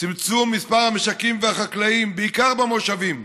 צמצום מספר המשקים והחקלאים, בעיקר במושבים.